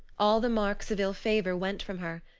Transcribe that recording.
all the marks of ill favor went from her.